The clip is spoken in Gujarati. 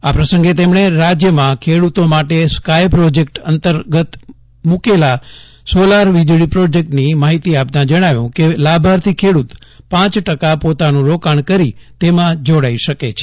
આ પ્રસંગે તેમણે રાજ્યમાં ખેડૂતો માટે સ્કાથ પ્રોજેક્ટ અંતર્ગત મૂ કેલા સોલાર વીજળી પ્રોજેક્ટની માહિતી આપતાં જણાવ્યું કે લાભાર્થી ખેડૂત દ્વારા પાંચ ટકા પોતાનું રોકાણ કરી તેમાં જોડાઇ શકે છે